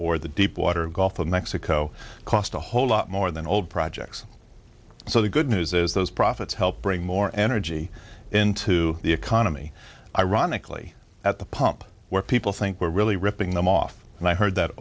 or the deepwater gulf of mexico cost a whole lot more than old projects so the good news is those profits help bring more energy into the economy ironically at the pump where people think we're really ripping them off and i heard that